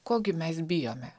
ko gi mes bijome